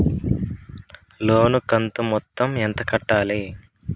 లోను కంతు మొత్తం ఎంత కట్టాలి?